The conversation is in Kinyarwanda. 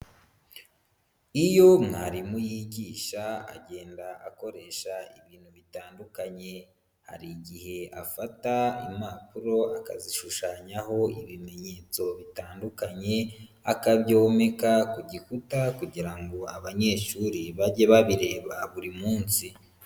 Iyo mwarimu yigisha agenda akoresha ibintu bitandukanye, hari igihe afata impapuro akazishushanyaho ibimenyetso bitandukanye, akabyomeka ku gikuta kugira ngo abanyeshuri bajye babireba buri munsi.